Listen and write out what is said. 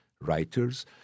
writers